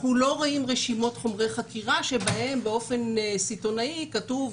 אנחנו לא רואים רשימות חומרי חקירה שבהן באופן סיטונאי כתוב: